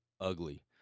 ugly